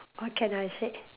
what can I say